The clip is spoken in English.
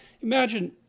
imagine